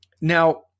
Now –